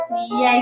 Yay